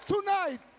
Tonight